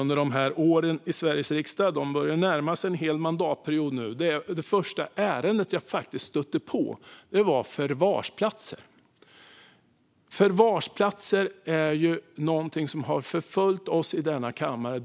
Under de här åren i Sveriges riksdag - det börjar närma sig en hel mandatperiod nu - handlade det första ärende jag stötte på om förvarsplatser. Detta är något som har förföljt oss i denna kammare.